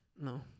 No